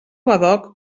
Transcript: badoc